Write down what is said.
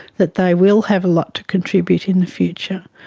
that they will have a lot to contribute in the future,